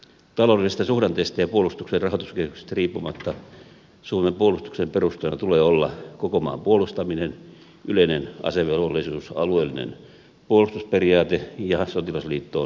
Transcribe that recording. taloudellisista suhdanteista ja puolustuksen rahoituskehityksestä riippumatta suomen puolustuksen perustana tulee olla koko maan puolustaminen yleinen asevelvollisuus alueellinen puolustusperiaate ja sotilasliittoon kuulumattomuus